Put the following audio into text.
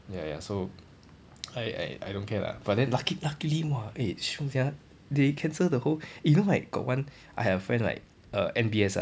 ya ya so I I I don't care lah but then lucky luckily !wah! eh shiok sia they cancel the whole eh you know like got one I had a friend like err N_B_S ah